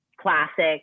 classic